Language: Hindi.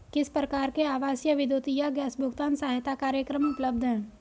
किस प्रकार के आवासीय विद्युत या गैस भुगतान सहायता कार्यक्रम उपलब्ध हैं?